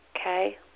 okay